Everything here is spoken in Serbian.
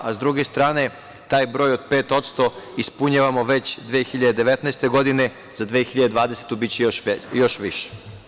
Sa druge strane, taj broj od 5% ispunjavamo već 2019. godine, a za 2020. godinu biće još više.